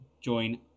join